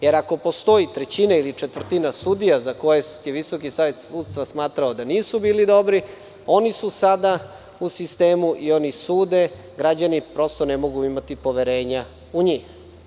Jer, ako postoji trećina ili četvrtina sudija za koje je Visoki savet sudstva smatrao da nisu bili dobri, oni su sada u sistemu i oni sude i građani prosto ne mogu imati poverenja u njih.